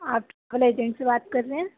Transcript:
آپ travel agent سے بات کر رہے ہیں